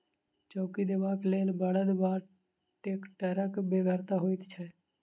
चौकी देबाक लेल बड़द वा टेक्टरक बेगरता होइत छै